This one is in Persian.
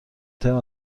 ترم